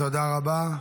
תודה רבה.